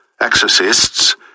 exorcists